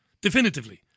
definitively